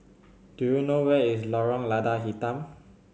do you know where is Lorong Lada Hitam